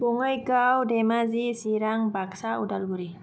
Bongaigaon Dhemaji Chirang Baksa Udalguri